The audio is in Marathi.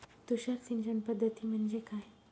तुषार सिंचन पद्धती म्हणजे काय?